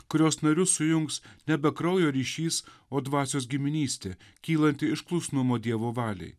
kurios narius sujungs nebe kraujo ryšys o dvasios giminystė kylanti iš klusnumo dievo valiai